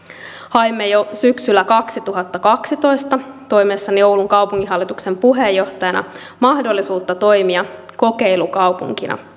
haimme jo syksyllä kaksituhattakaksitoista toimiessani oulun kaupunginhallituksen puheenjohtajana mahdollisuutta toimia kokeilukaupunkina